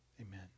Amen